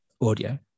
audio